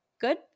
good